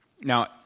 now